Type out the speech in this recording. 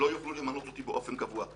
שלא יוכלו למנות אותי באופן קבוע.